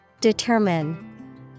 Determine